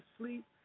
sleep